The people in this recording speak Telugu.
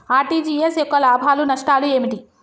ఆర్.టి.జి.ఎస్ యొక్క లాభాలు నష్టాలు ఏమిటి?